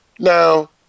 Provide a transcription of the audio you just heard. Now